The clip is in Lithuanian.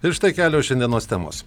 ir štai kelios šiandienos temos